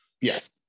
Yes